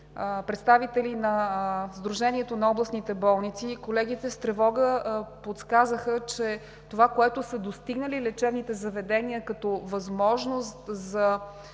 представители на Сдружението на областните болници колегите с тревога подсказаха, че това, което са достигнали лечебните заведения като възможност за